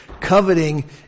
Coveting